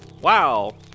wow